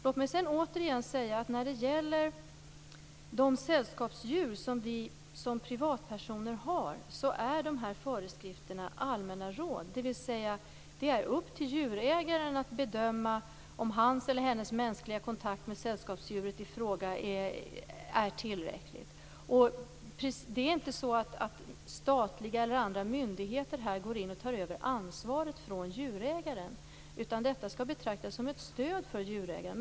Låt mig återigen säga att när det gäller de sällskapsdjur som vi som privatpersoner har är de här föreskrifterna allmänna råd. Det är upp till djurägaren att bedöma om hans eller hennes mänskliga kontakt med sällskapsdjuret i fråga är tillräcklig. Det är inte så att statliga eller andra myndigheter går in och tar över ansvaret från djurägaren. Detta skall betraktas som ett stöd för djurägaren.